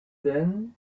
then